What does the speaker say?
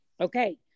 Okay